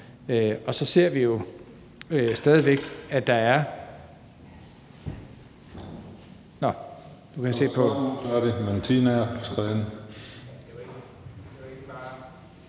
sig. Så ser vi jo stadig væk, at der er ...